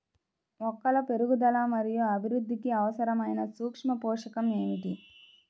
మొక్కల పెరుగుదల మరియు అభివృద్ధికి అవసరమైన సూక్ష్మ పోషకం ఏమిటి?